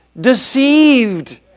deceived